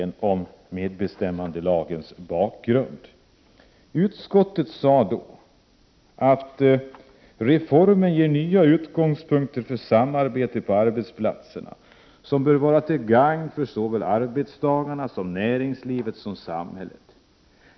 Man var också enig om dess bakgrund. Utskottet uttalade då att reformen ger nya utgångspunkter för samarbete på arbetsplatserna som bör vara till gagn för såväl arbetstagarna och näringslivet som samhället.